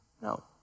No